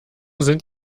sind